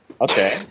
Okay